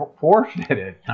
forfeited